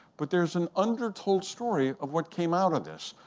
but there's an under told story of what came out of this.